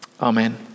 Amen